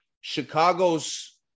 Chicago's